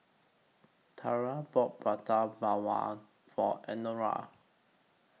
Tarah bought Prata Bawang For Eleonora